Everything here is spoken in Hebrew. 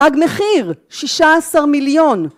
תג מחיר, 16 מיליון.